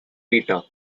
peter